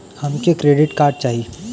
हमके credit card चाही